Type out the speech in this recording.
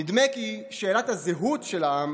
נדמה כי שאלת הזהות של העם